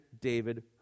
David